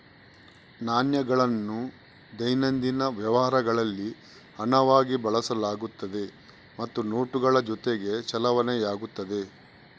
ನಾಣ್ಯಗಳನ್ನು ದೈನಂದಿನ ವ್ಯವಹಾರಗಳಲ್ಲಿ ಹಣವಾಗಿ ಬಳಸಲಾಗುತ್ತದೆ ಮತ್ತು ನೋಟುಗಳ ಜೊತೆಗೆ ಚಲಾವಣೆಯಾಗುತ್ತದೆ